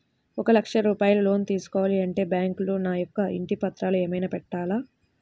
ఒక లక్ష రూపాయలు లోన్ తీసుకోవాలి అంటే బ్యాంకులో నా యొక్క ఇంటి పత్రాలు ఏమైనా పెట్టాలా?